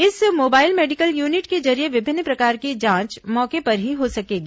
इस mobile medical unit के जरिये विभिन्न प्रकार की जांच मौके पर ही हो सकेगी